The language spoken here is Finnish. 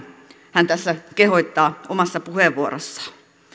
hän tässä kehottaa omassa puheenvuorossaan